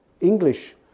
English